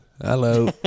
Hello